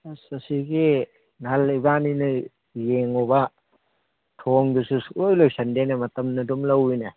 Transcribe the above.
ꯑꯁ ꯑꯁꯤꯒꯤ ꯅꯍꯥꯟ ꯏꯕꯥꯅꯤꯅ ꯌꯦꯡꯉꯨꯕ ꯊꯣꯡꯗꯨꯁꯨ ꯁꯨꯛꯂꯣꯏ ꯂꯣꯏꯁꯟꯗꯦꯅꯦ ꯃꯇꯝꯅ ꯑꯗꯨꯝ ꯂꯧꯏꯅꯦ